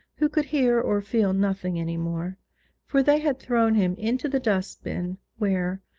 who could hear or feel nothing any more for they had thrown him into the dustbin, where,